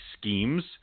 schemes